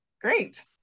Great